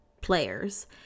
players